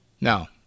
Now